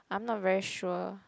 I'm not very sure